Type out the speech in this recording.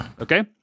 okay